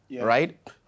right